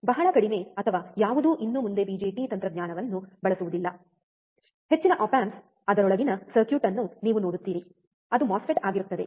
ಬಹಳ ಕಡಿಮೆ ಅಥವಾ ಯಾವುದೂ ಇನ್ನು ಮುಂದೆ BJT ತಂತ್ರಜ್ಞಾನವನ್ನು ಬಳಸುವುದಿಲ್ಲ ಹೆಚ್ಚಿನ ಆಪ್ ಆಂಪ್ಸ್ ಅದರೊಳಗಿನ ಸರ್ಕ್ಯೂಟ್ ಅನ್ನು ನೀವು ನೋಡುತ್ತೀರಿ ಅದು ಮಾಸ್ಫೆಟ್ ಆಗಿರುತ್ತದೆ